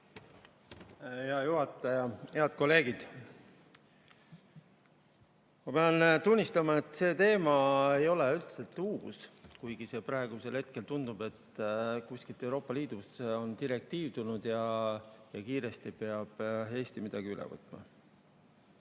Hea juhataja! Head kolleegid! Ma pean tunnistama, et see teema ei ole üldiselt uus, kuigi praegu tundub, et kuskilt Euroopa Liidust on direktiiv tulnud ja Eesti peab kiiresti midagi üle võtma.